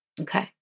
Okay